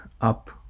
up